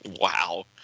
Wow